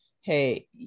hey